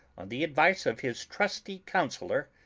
on the advice of his trusty counsellor,